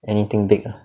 anything big